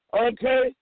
okay